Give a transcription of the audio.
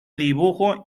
dibujo